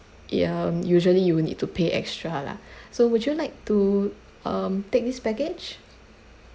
um usually you will need to pay extra lah so would you like to um take this package